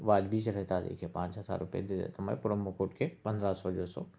واجبی زو ہے تاریخ کے پانچ ہزار روپے دے دیتا میں پرومو کوڈ کے پندرہ سو جو سو